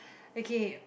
okay